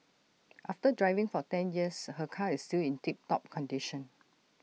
after driving for ten years her car is still in tip top condition